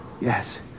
Yes